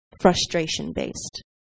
Frustration-based